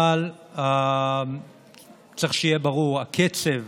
אבל צריך שיהיה ברור: הקצב